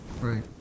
Right